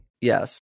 yes